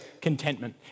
contentment